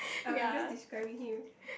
um I'm just describing him